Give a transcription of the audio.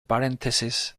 parentheses